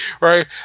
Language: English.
right